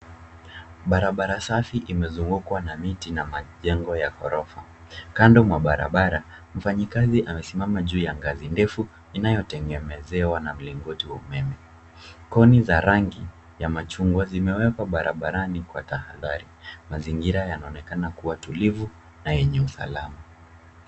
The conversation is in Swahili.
Barabara safi imezowekwa na miti na majengo ya ghorofa. Kando mwa barabara mfanyakazi amesimama juu ya ngazi ndefu inayotengemezewa na mlingoti wa umeme, Koni za rangi ya machungwa zimewekwa barabarani kwa tahadhari. Mazingira yanaonekana kuwa tulivu na yenye usalama.